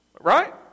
right